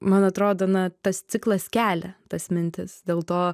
man atrodo na tas ciklas kelia tas mintis dėl to